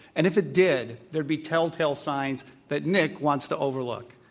and if it did, there'd be telltale signs that nick wants to overlook.